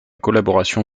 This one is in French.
collaboration